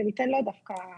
וניתן לו דווקא